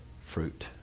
fruit